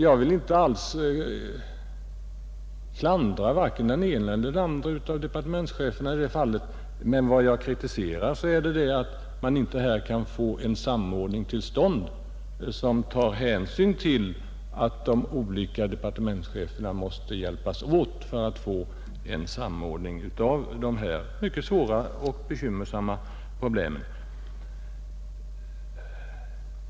Jag vill inte alls klandra vare sig den ene eller den andre av departementscheferna i det fallet, men jag kritiserar att man inte kan få till stånd en samordning. Departementscheferna måste hjälpas åt för att åstadkomma en samordning av dessa mycket svåra och bekymmersamma problem.